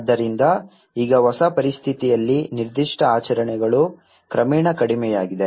ಆದ್ದರಿಂದ ಈಗ ಹೊಸ ಪರಿಸ್ಥಿತಿಯಲ್ಲಿ ನಿರ್ದಿಷ್ಟ ಆಚರಣೆಗಳು ಕ್ರಮೇಣ ಕಡಿಮೆಯಾಗಿದೆ